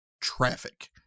traffic